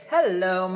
Hello